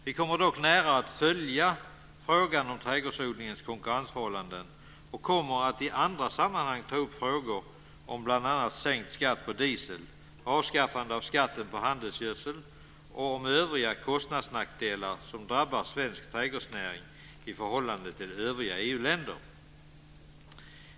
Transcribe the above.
Vi kommer dock nära att följa frågan om trädgårdsodlingens konkurrensförhållanden och kommer att i andra sammanhang ta upp frågor om bl.a. sänkt skatt på diesel och avskaffande av skatten på handelsgödsel och i övrigt kostnadsnackdelar som drabbar svensk trädgårdsnäring i förhållande till andra EU-länder.